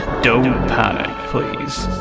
don't panic, please.